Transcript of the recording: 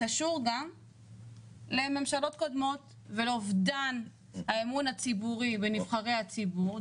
זה קשור גם בממשלות קודמות ובאובדן האמון הציבורי בנבחרי הציבור,